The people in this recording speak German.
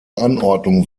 anordnung